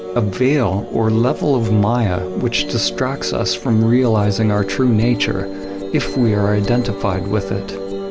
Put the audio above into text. a veil or level of maya which distracts us from realizing our true nature if we are identified with it.